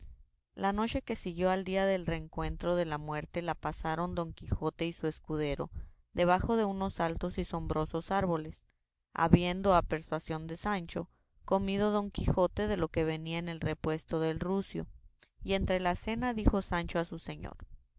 la noche que siguió al día del rencuentro de la muerte la pasaron don quijote y su escudero debajo de unos altos y sombrosos árboles habiendo a persuasión de sancho comido don quijote de lo que venía en el repuesto del rucio y entre la cena dijo sancho a su señor